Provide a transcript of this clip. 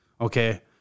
okay